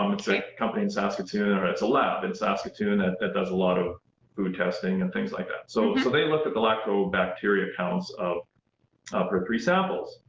um it's a company in saskatoon, or it's a lab in saskatoon, that that does a lot of food testing and things like that, so so they looked at the lacto-bacteria counts of her three samples.